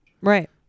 Right